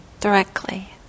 directly